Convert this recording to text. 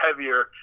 heavier